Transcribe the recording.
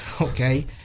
Okay